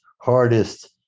hardest